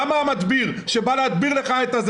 למה המדביר שבא להדביר אצלך?